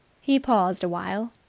he paused a while,